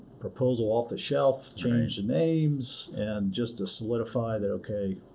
proposal off the shelf, change the names, and just to solidify that, okay,